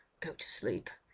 go to sleep.